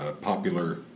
popular